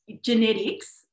genetics